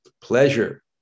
pleasure